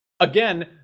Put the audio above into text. Again